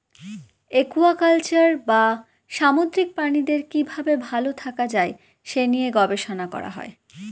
aquaculture বা সামুদ্রিক প্রাণীদের কি ভাবে ভালো থাকা যায় সে নিয়ে গবেষণা করা হয়